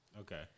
Okay